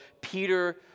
Peter